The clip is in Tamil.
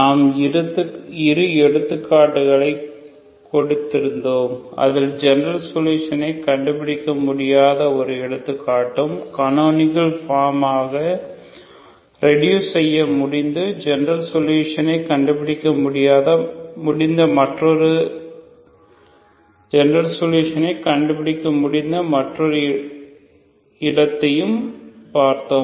நாம் இரு எடுத்துக்காட்டுகளை கொடுத்திருந்தோம் அதில் ஜெனரல் சொல்யூஷனை கண்டுபிடிக்க முடியாத ஒரு எடுத்துக்காட்டும் கனோனிகல் பார்ம் ஆக ரெடூஸ் செய்ய முடிந்து ஜெனரல் சொல்யூஷன் கண்டுபிடிக்க முடிந்த மற்றொரு இடத்தையும் பார்த்தோம்